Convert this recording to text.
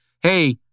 Hey